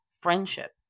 friendship